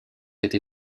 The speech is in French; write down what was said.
été